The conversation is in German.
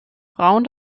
frauen